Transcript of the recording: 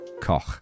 Koch